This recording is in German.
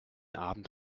abend